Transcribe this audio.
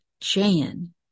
Jan